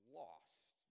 lost